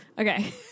Okay